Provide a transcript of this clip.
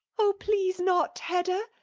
oh, please not, hedda!